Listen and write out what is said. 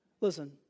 Listen